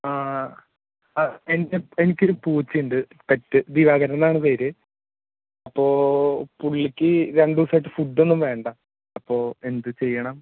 എനിക്കൊരു പൂച്ച ഉണ്ട് പെറ്റ് ദിവാകരനെന്നാണ് പേര് അപ്പോൾ പുള്ളിക്ക് രണ്ട് ദിവസമായിട്ട് ഫുഡ് ഒന്നും വേണ്ട അപ്പോൾ എന്ത് ചെയ്യണം